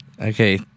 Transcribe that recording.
Okay